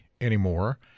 anymore—